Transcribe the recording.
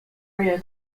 rio